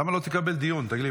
למה לא תקבל דיון, תגיד לי?